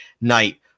night